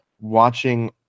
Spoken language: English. watching